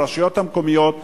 הרשויות המקומיות,